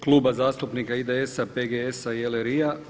Kluba zastupnika IDS-a, PGS-a i LRI-a.